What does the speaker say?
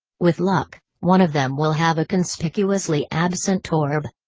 with luck, one of them will have a conspicuously absent orb.